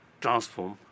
transform